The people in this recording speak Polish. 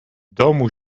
domu